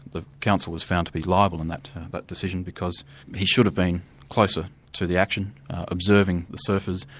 the council was found to be liable in that that decision because he should have been closer to the action, observing the surfers,